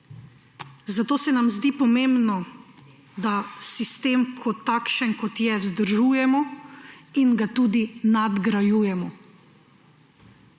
zato se nam zdi pomembno, da sistem kot takšen, kot je, vzdržujemo in ga tudi nadgrajujemo.